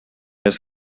dos